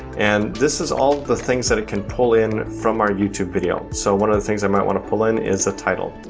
and this is all the things that it can pull in from our youtube video. so one of the things i might wanna pull in is the title.